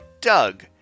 Doug